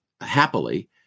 happily